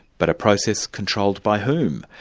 but a process controlled by whom?